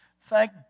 Thank